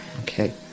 Okay